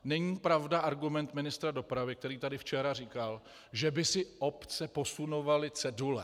Není pravda argument ministra dopravy, který tady včera říkal, že by si obce posunovaly cedule.